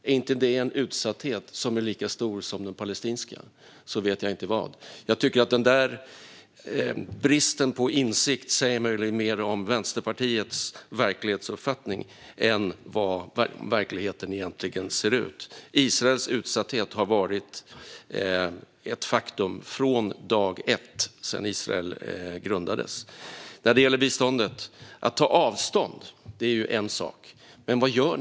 Om inte det är en utsatthet lika stor som den palestinska vet jag inte vad. Den bristen på insikt säger möjligen mer om Vänsterpartiets verklighetsuppfattning än om hur verkligheten egentligen ser ut. Israels utsatthet har varit ett faktum från dag ett, sedan Israel grundades. När det gäller biståndet är det en sak att ta avstånd. Men vad gör ni, Yasmine Posio?